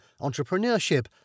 entrepreneurship